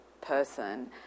person